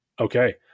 okay